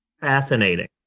fascinating